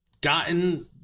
gotten